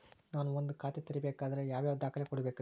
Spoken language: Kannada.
ನಾನ ಒಂದ್ ಖಾತೆ ತೆರಿಬೇಕಾದ್ರೆ ಯಾವ್ಯಾವ ದಾಖಲೆ ಕೊಡ್ಬೇಕ್ರಿ?